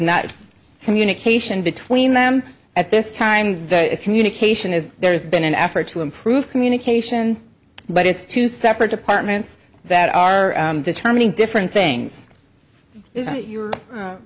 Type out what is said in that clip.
not communication between them at this time the communication is there has been an effort to improve communication but it's two separate departments that are determining different things isn't your